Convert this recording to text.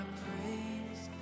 praise